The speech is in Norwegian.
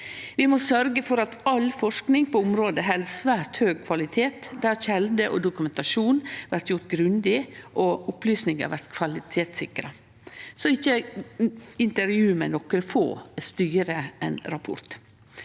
Vi må sørgje for at all forsking på området held svært høg kvalitet, der kjelder er grundige, dokumentasjon blir gjort grundig og opplysningar blir kvalitetssikra, så ikkje intervju med nokre få styrer ein rapport.